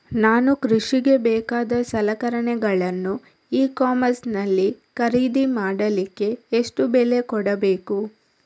ನಾನು ಕೃಷಿಗೆ ಬೇಕಾದ ಸಲಕರಣೆಗಳನ್ನು ಇ ಕಾಮರ್ಸ್ ನಲ್ಲಿ ಖರೀದಿ ಮಾಡಲಿಕ್ಕೆ ಎಷ್ಟು ಬೆಲೆ ಕೊಡಬೇಕು?